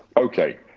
okay.